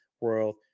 world